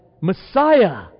Messiah